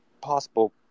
possible